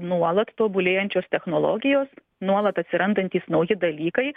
nuolat tobulėjančios technologijos nuolat atsirandantys nauji dalykai